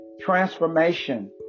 transformation